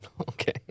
Okay